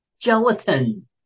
gelatin